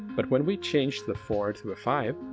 but when we change the four to a five,